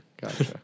gotcha